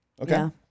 Okay